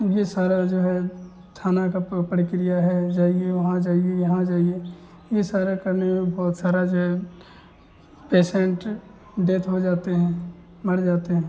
यह सारा जो है थाना का प्रक्रिया है जाइए वहाँ जाइए यहाँ जाइए ये सारा करने में बहुत सारा जो है पेसेन्ट डेथ हो जाते हैं मर जाते हैं